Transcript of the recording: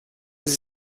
sie